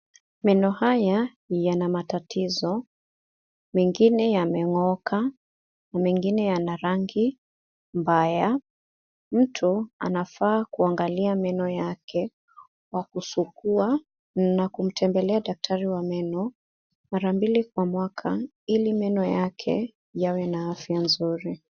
Meno haya yana matatizo, mengine yameng'oka na mengine yana rangi mbaya. Mtu anafaa kuangalia meno yake kwa kusugua na kumtembelea daktari wa meno mara mbili kwa mwaka ili meno yake yawe na afya nzuri .